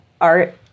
art